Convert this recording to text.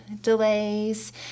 delays